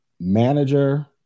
manager